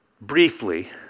Briefly